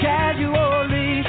Casually